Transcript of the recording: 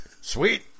Sweet